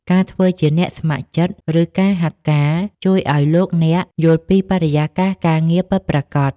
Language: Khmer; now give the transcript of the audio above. ការធ្វើជាអ្នកស្ម័គ្រចិត្ត ឬការហាត់ការ ជួយឱ្យលោកអ្នកយល់ពីបរិយាកាសការងារពិតប្រាកដ។